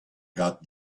got